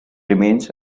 remains